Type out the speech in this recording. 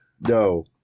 no